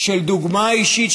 של דוגמה אישית,